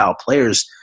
players